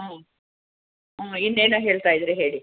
ಹ್ಞೂ ಹ್ಞೂ ಇನ್ನೇನೋ ಹೇಳ್ತಾ ಇದ್ದಿರಿ ಹೇಳಿ